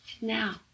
now